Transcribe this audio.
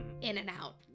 in-and-out